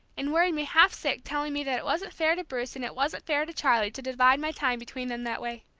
and worried me half sick telling me that it wasn't fair to bruce and it wasn't fair to charlie to divide my time between them that way.